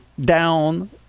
down